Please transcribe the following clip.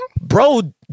bro